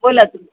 बोला तुम्ही